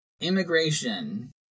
immigration